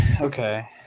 okay